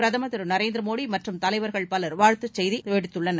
பிரதமர் திரு நரேந்திர மோடி மற்றும் தலைவர்கள் பவர் வாழ்த்துச் செய்தி விடுத்துள்ளனர்